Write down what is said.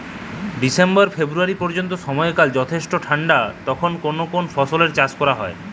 December February পর্যন্ত সময়কাল যথেষ্ট ঠান্ডা তখন কোন কোন ফসলের চাষ করা হয়?